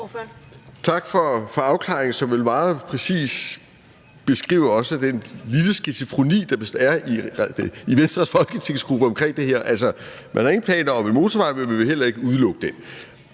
Tak for afklaringen, som vel meget præcist også beskriver den lille skizofreni, som der vist er i Venstres folketingsgruppe i forhold til det her: Altså, man har ingen planer om en motorvej, men man vil heller ikke udelukke det.